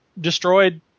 destroyed